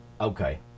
Okay